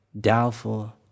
Doubtful